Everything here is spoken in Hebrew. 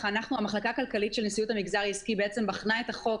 המחלקה הכלכלית של נשיאות המגזר העסקי בחנה את החוק